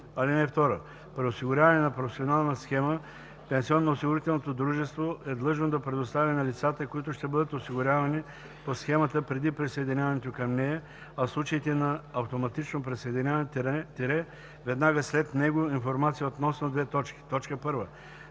в него. (2) При осигуряване по професионална схема пенсионноосигурителното дружество е длъжно да предостави на лицата, които ще бъдат осигурявани по схемата, преди присъединяването към нея, а в случаите на автоматично присъединяване – веднага след него, информация относно: 1. наименованията,